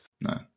No